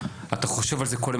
אתה חושב על זה כל היום,